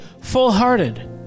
full-hearted